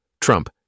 Trump